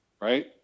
Right